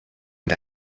and